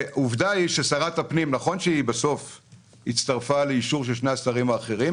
נכון ששרת הפנים הצטרפה בסוף לאישור של שני השרים האחרים,